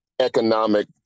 economic